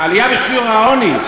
העלייה בשיעור העוני,